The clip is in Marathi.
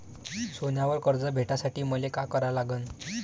सोन्यावर कर्ज भेटासाठी मले का करा लागन?